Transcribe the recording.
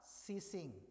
ceasing